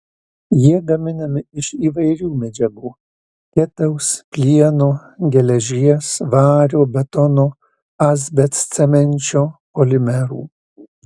jie gaminami iš įvairių medžiagų ketaus plieno geležies vario betono asbestcemenčio polimerų